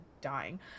dying